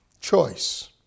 choice